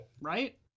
Right